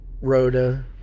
Rhoda